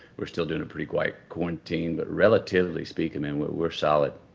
we're still doing a pretty quiet quarantine. but relatively speaking, man, we're solid.